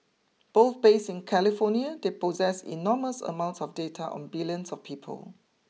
both based in California they possess enormous amounts of data on billions of people